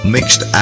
Mixed